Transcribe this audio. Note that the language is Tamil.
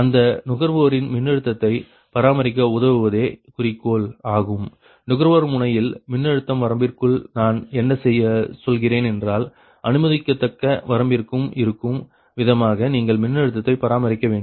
அந்த நுகர்வோரின் மின்னழுத்தத்தை பராமரிக்க உதவுவதே குறிக்கோள் ஆகும் நுகர்வோர் முனையில் மின்னழுத்தம் வரம்பிற்குள் நான் என்ன சொல்கிறேன் என்றால் அனுமதிக்கத்தக்க வரம்பிற்கும் இருக்கும் விதமாக நீங்கள் மின்னழுத்தத்தை பராமரிக்க வேண்டும்